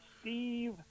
Steve